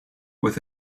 with